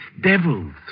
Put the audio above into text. devil's